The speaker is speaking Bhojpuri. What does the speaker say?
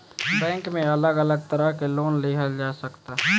बैक में अलग अलग तरह के लोन लिहल जा सकता